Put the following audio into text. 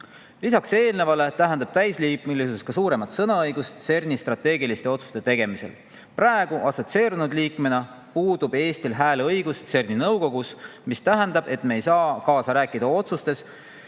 Lisaks eelnevale tähendab täisliikmelisus ka suuremat sõnaõigust CERN‑i strateegiliste otsuste tegemisel. Praegu, assotsieerunud liikmena, puudub Eestil hääleõigus CERN‑i nõukogus, mis tähendab, et me ei saa kaasa rääkida otsustes,